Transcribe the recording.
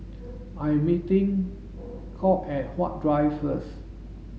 I'm meeting Cade at Huat Drive first